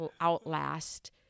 outlast